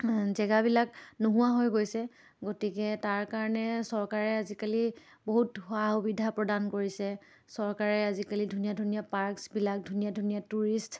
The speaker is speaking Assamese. জেগাবিলাক নোহোৱা হৈ গৈছে গতিকে তাৰ কাৰণে চৰকাৰে আজিকালি বহুত সা সুবিধা প্ৰদান কৰিছে চৰকাৰে আজিকালি ধুনীয়া ধুনীয়া পাৰ্কছবিলাক ধুনীয়া ধুনীয়া টুৰিষ্ট